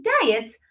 diets